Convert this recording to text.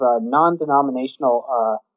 non-denominational